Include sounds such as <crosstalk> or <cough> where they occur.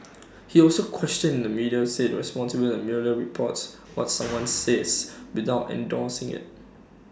he also questioned the media <unintelligible> if IT merely reports what someone says without endorsing IT